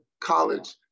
college